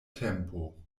tempo